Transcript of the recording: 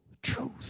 Truth